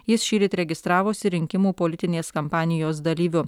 jis šįryt registravosi rinkimų politinės kampanijos dalyviu